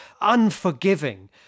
unforgiving